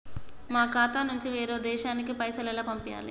మా ఖాతా నుంచి వేరొక దేశానికి పైసలు ఎలా పంపియ్యాలి?